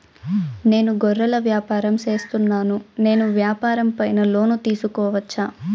నేను గొర్రెలు వ్యాపారం సేస్తున్నాను, నేను వ్యాపారం పైన లోను తీసుకోవచ్చా?